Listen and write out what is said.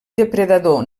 depredador